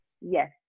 yes